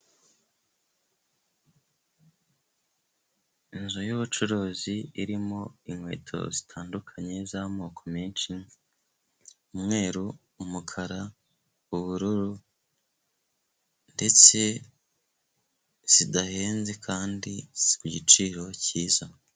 Inzu y'ubucuruzi irimo inkweto zitandukanye z'amoko menshi, umweru, umukara, ubururu ndetse zidahenze kandi ziri ku giciro cyiza.